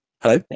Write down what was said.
Hello